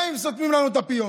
גם אם סותמים לנו את הפיות.